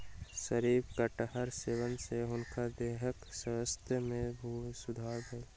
शफरी कटहरक सेवन सॅ हुनकर देहक स्वास्थ्य में सुधार भेल